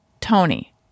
Tony